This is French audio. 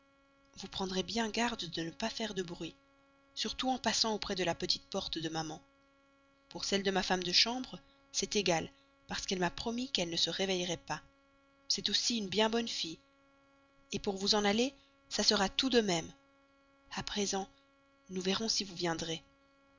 vous prendrez bien garde de ne pas faire de bruit surtout en passant auprès de la petite porte de maman pour celle de ma femme de chambre c'est égal parce qu'elle m'a promis qu'elle ne se réveillerait pas c'est aussi une bien bonne fille pour vous en aller ça sera tout de même a présent nous verrons si vous viendrez